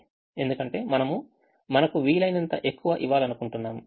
ఎందుకంటే మనము మనకు వీలైనంత ఎక్కువ ఇవ్వాలనుకుంటున్నాము